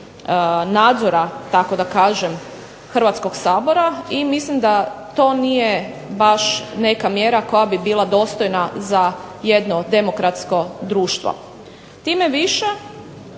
nadzora tako da kažem Hrvatskog sabora, i mislim da to nije baš neka mjera koja bi bila dostojna za jedno demokratsko društvo. Time više